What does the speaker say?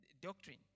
Doctrine